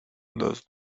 los